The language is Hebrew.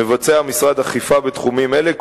מבצע המשרד אכיפה בתחומים אלה,